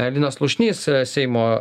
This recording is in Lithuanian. linas slušnys seimo